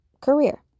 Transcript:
career